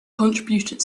contributed